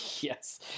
Yes